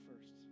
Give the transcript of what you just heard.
first